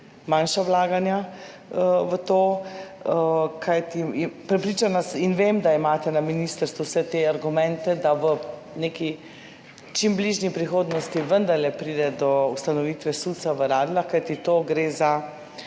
manjša vlaganja v to. Prepričana sem in vem, da imate na ministrstvu vse te argumente, da v neki čim bližnji prihodnosti vendarle pride do ustanovitve SUC v Radljah, kajti gre